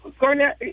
Garnett